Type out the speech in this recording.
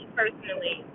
personally